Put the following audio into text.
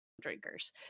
drinkers